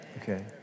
okay